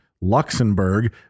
Luxembourg